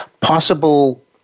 possible